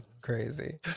crazy